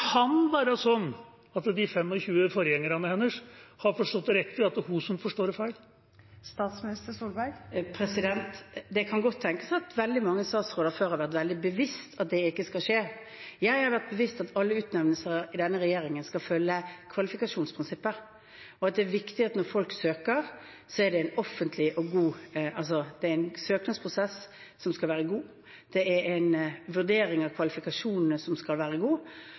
kan være sånn at de 25 forgjengerne hennes har forstått det riktig, og at det er hun som forstår det feil? Det kan godt tenkes at veldig mange statsråder før har vært veldig bevisst på at det ikke skal skje. Jeg har vært bevisst på at alle utnevnelser i denne regjeringen skal følge kvalifikasjonsprinsippet, og at når folk søker, er det viktig at det er en søknadsprosess som skal være god. Vurderingen av kvalifikasjonene skal være god.